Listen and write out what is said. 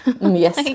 yes